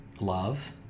love